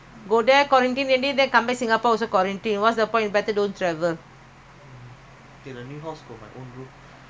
have you give me money I give you one room